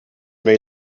may